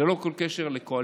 ללא כל קשר לקואליציה